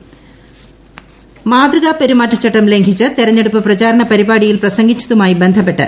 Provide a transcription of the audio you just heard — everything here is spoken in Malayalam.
മനേകാഗാന്ധി മാതൃകാ പെരുമാറ്റച്ചട്ടം ലംഘിച്ച് തെരഞ്ഞെടുപ്പ് പ്രചാരണ പരിപാടിയിൽ പ്രസംഗിച്ചതുമായി ബന്ധപ്പെട്ട്